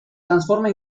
transforma